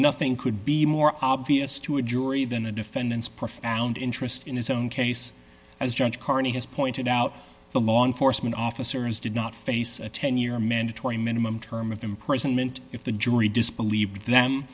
nothing could be more obvious to a jury than a defendant's profound interest in his own case as judge carney has pointed out the law enforcement officers did not face a ten year mandatory minimum term of imprisonment if the jury disbelieved them